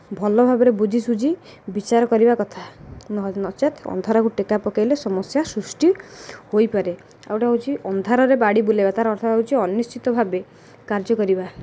ଭଲ ଭାବରେ ବୁଝି ସୁୁଝି ବିଚାର କରିବା କଥା ନ ନଚେତ୍ ଅନ୍ଧାରକୁ ଟେକା ପକାଇଲେ ସମସ୍ୟା ସୃଷ୍ଟି ହୋଇପାରେ ଆଉ ଗୋଟେ ହେଉଛି ଅନ୍ଧାରକୁ ବାଡ଼ି ବୁଲାଇବା ତା'ର ଅର୍ଥ ହେଉଛି ଅନିଶ୍ଚିତ ଭାବେ କାର୍ଯ୍ୟ କରିବା